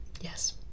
yes